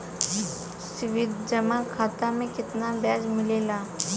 सावधि जमा खाता मे कितना ब्याज मिले ला?